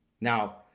Now